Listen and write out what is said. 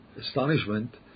astonishment